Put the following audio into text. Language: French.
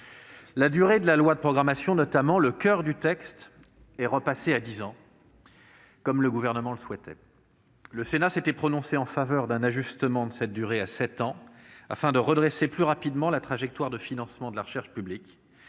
la durée de la loi de programmation, qui constitue le coeur du texte, est repassée à dix ans, comme le Gouvernement le souhaitait. Le Sénat s'était prononcé en faveur d'un ajustement de cette durée à sept ans, afin de redresser plus rapidement la trajectoire de financement de la recherche publique